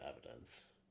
evidence